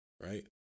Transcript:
right